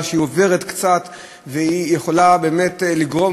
שהיא עוברת קצת יכולה באמת לגרום,